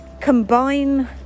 combine